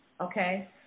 okay